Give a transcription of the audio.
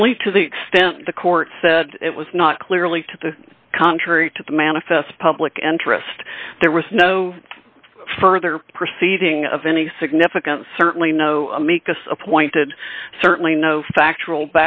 only to the extent the court said it was not clearly to the contrary to the manifest public interest there was no further proceeding of any significance certainly no amicus appointed certainly no factual